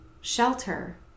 shelter